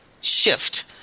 shift